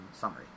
summary